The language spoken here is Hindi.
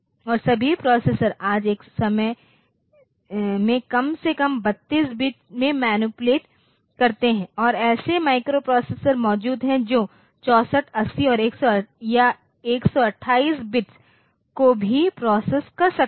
और सभी प्रोसेसर आज एक समय में कम से कम 32 बिट्स में मैनिपुलेट करते हैं और ऐसे माइक्रोप्रोसेसर मौजूद हैं जो 64 80 या 128 बिट्स को भी प्रोसेस कर सकते हैं